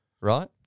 Right